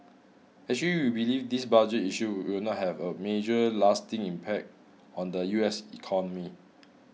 actually we believe this budget issue will not have a major lasting impact on the U S economy